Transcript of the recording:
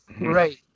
right